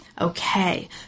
Okay